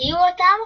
הוקיעו אותם